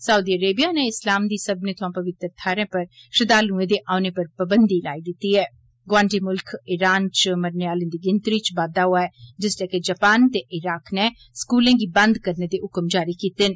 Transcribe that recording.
Saudi Arabia नै इस्लाम दी सब्बने थमां पवित्र थाहरें उप्पर श्रद्वालुएं दे औने उप्पर पाबंदी लाई दित्ती ऐं गोआंढी मुल्ख ईरान च मरने आलें दी गिनतरी च बाद्वा होआ ऐ जिसलै के जापान ते इराक नै स्कूलें गी बंद करने दे हुक्म जारी कीते न